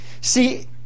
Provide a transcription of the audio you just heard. See